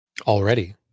already